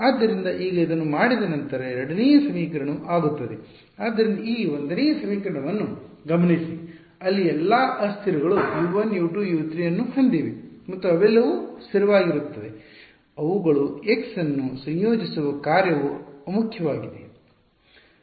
ಆದ್ದರಿಂದ ಈಗ ಇದನ್ನು ಮಾಡಿದ ನಂತರ ಎರಡನೆಯ ಸಮೀಕರಣವು ಆಗುತ್ತದೆ ಆದ್ದರಿಂದ ಈ 1 ನೇ ಸಮೀಕರಣವನ್ನು ಗಮನಿಸಿ ಅಲ್ಲಿ ಎಲ್ಲಾ ಅಸ್ಥಿರಗಳು U 1U 2U 3 ಅನ್ನು ಹೊಂದಿವೆ ಮತ್ತು ಅವೆಲ್ಲವೂ ಸ್ಥಿರವಾಗಿರುತ್ತದೆ ಅವುಗಳು x ಅನ್ನು ಸಂಯೋಜಿಸುವ ಕಾರ್ಯವು ಅಮುಖ್ಯ ವಾಗಿದೆ